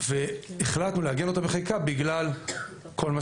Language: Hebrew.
החלטנו לעגן אותו בחקיקה בגלל כל מה